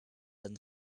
than